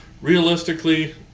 Realistically